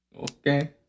Okay